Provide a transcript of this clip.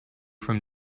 from